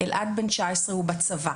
הבן שלי בן 19, הוא בצבא.